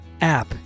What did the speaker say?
app